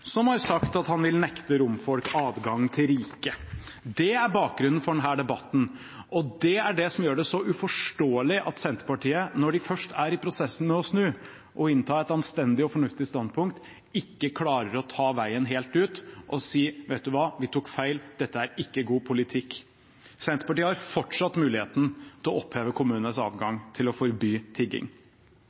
sagt at han vil nekte romfolk adgang til riket. Det er bakgrunnen for denne debatten, og det er det som gjør det så uforståelig at Senterpartiet, når de først er i prosessen med å snu og innta et anstendig og fornuftig standpunkt, ikke klarer å ta veien helt ut og si: Vet du hva? Vi tok feil. Dette er ikke god politikk. Senterpartiet har fortsatt muligheten til å oppheve kommunenes adgang til å forby tigging.